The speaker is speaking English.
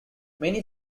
many